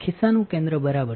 ખિસ્સાનું કેન્દ્ર બરાબર છે